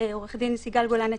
עורכת-הדין סיגל גולן עתיר,